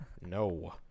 no